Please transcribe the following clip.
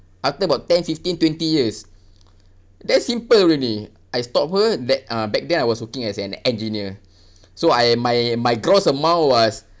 after about ten fifteen twenty years that's simple already I stop her that uh back then I was working as an engineer so I my my gross amount was